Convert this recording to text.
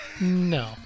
No